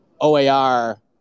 oar